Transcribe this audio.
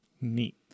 Neat